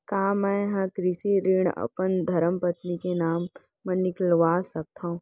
का मैं ह कृषि ऋण अपन धर्मपत्नी के नाम मा निकलवा सकथो?